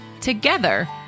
Together